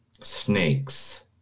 Snakes